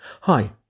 Hi